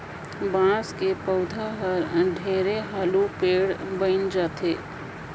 बांस के पउधा हर ढेरे हालू पेड़ बइन जाथे